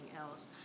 else